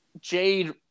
Jade